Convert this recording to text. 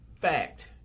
fact